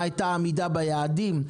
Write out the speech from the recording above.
מה הייתה העמידה ביעדים,